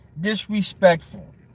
disrespectful